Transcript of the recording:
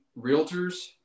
realtors